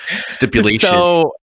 stipulation